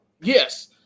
yes